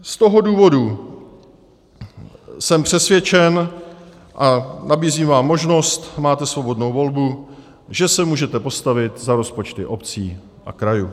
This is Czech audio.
Z toho důvodu jsem přesvědčen, a nabízím vám možnost, máte svobodnou volbu, že se můžete postavit za rozpočty obcí a krajů.